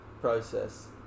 process